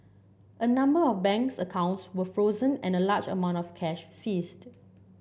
a number of banks accounts were frozen and a large amount of cash seized